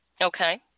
Okay